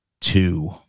two